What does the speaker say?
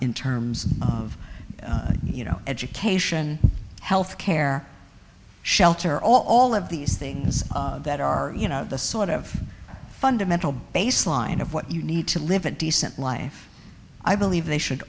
in terms of you know education health care shelter all of these things that are you know the sort of fundamental baseline of what you need to live a decent life i believe they should